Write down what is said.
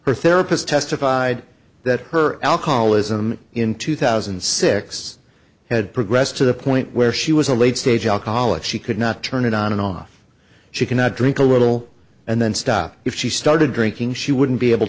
her therapist testified that her alcoholism in two thousand and six had progressed to the point where she was a late stage alcoholic she could not turn it on and off she cannot drink a little and then stop if she started drinking she wouldn't be able